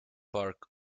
park